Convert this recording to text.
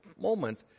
moment